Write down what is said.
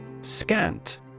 Scant